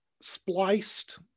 spliced